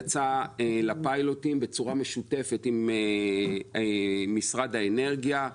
משרד החקלאות יצא לפיילוטים בצורה משותפת עם משרד האנרגיה.